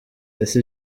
ese